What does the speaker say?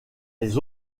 les